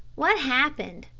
what happened?